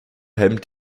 hemmt